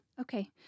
Okay